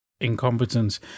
incompetence